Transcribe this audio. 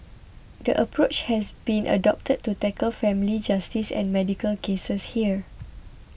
the approach has been adopted to tackle family justice and medical cases here